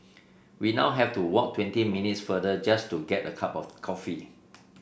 we now have to walk twenty minutes farther just to get a cup of coffee